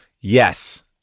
yes